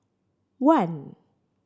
one